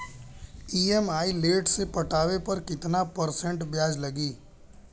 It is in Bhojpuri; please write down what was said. ई.एम.आई लेट से पटावे पर कितना परसेंट ब्याज लगी?